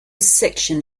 section